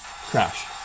crash